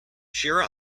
cheer